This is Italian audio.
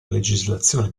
legislazione